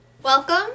Welcome